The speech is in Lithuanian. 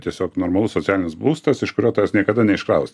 tiesiog normalus socialinis būstas iš kurio tas niekada neiškraus